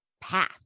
path